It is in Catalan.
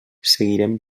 seguirem